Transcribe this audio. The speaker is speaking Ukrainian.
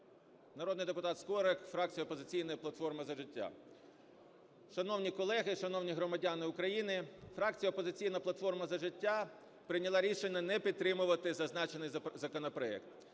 Народний депутат Скорик, фракція "Опозиційна платформа – За життя". Шановні колеги, шановні громадяни України! Фракція "Опозиційна платформа – За життя" прийняла рішення не підтримувати зазначений законопроект.